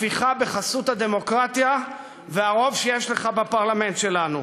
הפיכה בחסות הדמוקרטיה והרוב שיש לך בפרלמנט שלנו.